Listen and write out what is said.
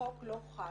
החוק לא חל,